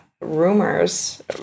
rumors